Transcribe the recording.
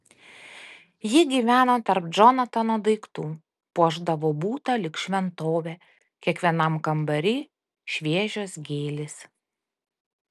ji gyveno tarp džonatano daiktų puošdavo butą lyg šventovę kiekvienam kambary šviežios gėlės